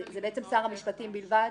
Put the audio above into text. זה בעצם שר המשפטים בלבד?